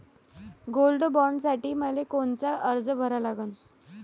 Gold बॉण्डसाठी मले कोनचा अर्ज भरा लागन?